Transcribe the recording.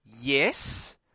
yes